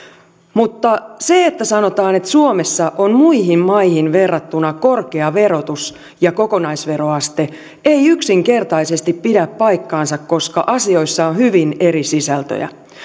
mutta se että sanotaan että suomessa on muihin maihin verrattuna korkea verotus ja kokonaisveroaste ei yksinkertaisesti pidä paikkaansa koska asioissa on hyvin eri sisältöjä